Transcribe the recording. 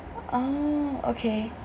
oh okay